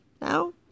now